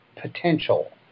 potential